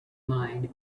mine